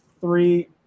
three